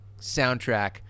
soundtrack